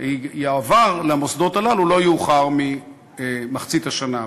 יועבר למוסדות הללו לא יאוחר ממחצית השנה,